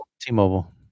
t-mobile